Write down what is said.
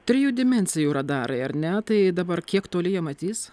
trijų dimensijų radarai ar ne tai dabar kiek toli jie matys